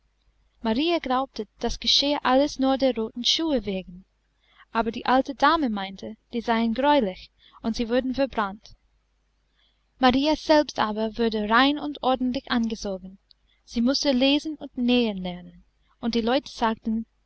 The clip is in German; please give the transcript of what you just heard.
marie glaubte das geschehe alles nur der roten schuhe wegen aber die alte dame meinte die seien greulich und sie wurden verbrannt marie selbst aber wurde rein und ordentlich angezogen sie mußte lesen und nähen lernen und die leute sagten